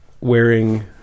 wearing